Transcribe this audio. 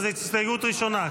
אז ההסתייגות הראשונה,